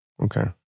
Okay